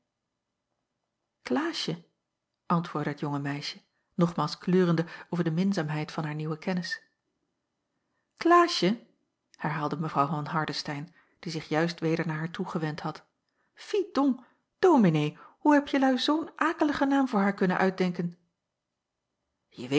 klaasje antwoordde het jonge meisje nogmaals kleurende over de minzaamheid van haar nieuwe kennis klaasje herhaalde mw van hardestein die zich juist weder naar haar toe gewend had fi donc dominee hoe heb jelui zoo'n akeligen naam voor haar kunnen uitdenken je